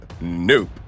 Nope